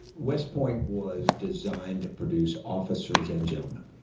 west point was designed to produce officers and gentlemen.